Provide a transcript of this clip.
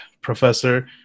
Professor